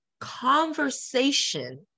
conversation